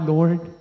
Lord